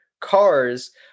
cars